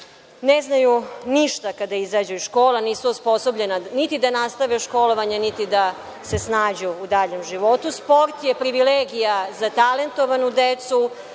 ne znaju ništa kada izađu iz škola, nisu osposobljena niti da nastave školovanje, niti da se snađu u daljem životu. Sport je privilegija za talentovanu decu.